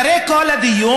אחרי כל הדיון,